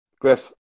Griff